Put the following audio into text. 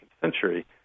century